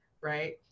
right